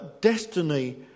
destiny